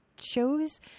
shows